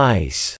ice